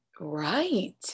Right